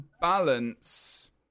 balance